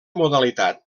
modalitat